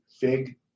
fig